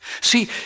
See